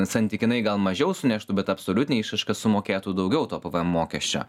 santykinai gal mažiau suneštų bet absoliutine išraiška sumokėtų daugiau to pvm mokesčio